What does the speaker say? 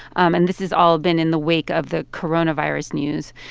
um and this has all been in the wake of the coronavirus news.